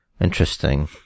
Interesting